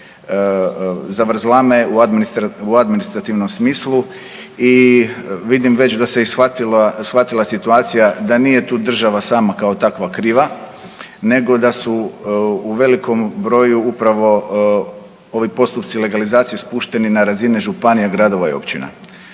zavrzlame u administrativnom smislu i vidim već da se i shvatila, shvatila situacija da nije tu država sama kao takva kriva nego da su u velikom broju upravo ovi postupci legalizacije spušteni na razine županija, gradova i općina.